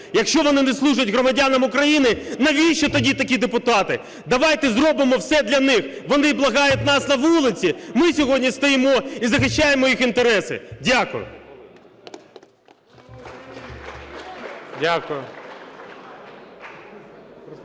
Якщо вони не служать громадянам України, навіщо тоді такі депутати? Давайте зробимо все для них! Вони благають нас на вулиці. Ми сьогодні стоїмо і захищаємо їх інтереси. Дякую.